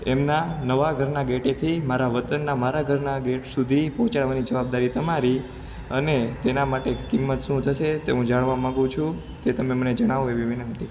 એમના નવા ઘરના ગેટેથી મારા વતનના મારા ઘરના ગેટ સુધી પહોંચાડવાની જવાબદારી તમારી અને તેના માટે કિંમત શું થશે તે હું જાણવા માંગુ છું તે મને જણાવો એવી વિનંતિ